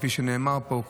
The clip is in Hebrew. כפי שנאמר פה,